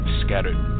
scattered